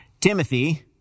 Timothy